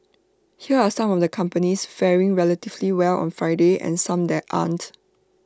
here are some of the companies faring relatively well on Friday and some that aren't